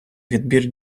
відбір